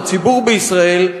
הציבור בישראל,